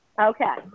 Okay